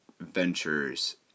ventures